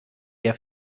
der